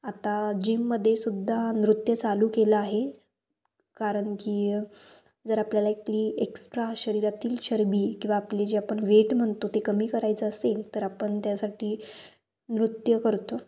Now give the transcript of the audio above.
आता जिममदेसुद्धा नृत्य चालू केलं आहे कारण की जर आपल्याला ती एक्स्ट्रा शरीरातील चरबी किंवा आपली जे आपण वेट म्हणतो ते कमी करायचं असेल तर आपण त्यासाठी नृत्य करतो